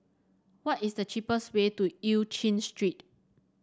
what is the cheapest way to Eu Chin Street